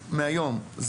שנים מהיום.